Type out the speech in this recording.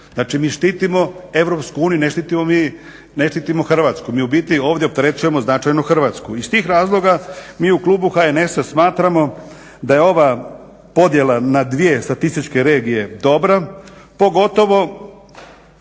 Znači, mi štitimo EU, ne štitimo Hrvatsku. Mi u biti ovdje opterećujemo značajno Hrvatsku. Iz tih razloga mi u klubu HNS-a smatramo da je ova podjela na dvije statističke regije dobra, pogotovo